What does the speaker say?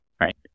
right